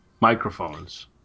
microphones